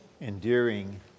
endearing